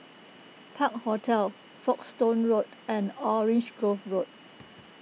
Park Hotel Folkestone Road and Orange Grove Road